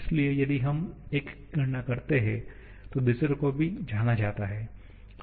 इसलिए यदि हम एक की गणना करते हैं तो दूसरे को भी जाना जाता है